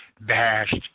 bashed